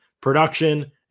production